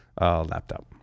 laptop